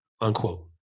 unquote